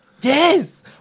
Yes